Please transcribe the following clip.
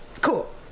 Cool